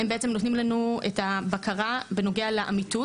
הם בעצם נותנים לנו את הבקרה בנוגע לאמיתות.